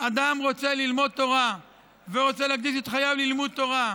אדם רוצה ללמוד תורה ורוצה להקדיש את חייו ללימוד תורה,